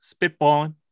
Spitballing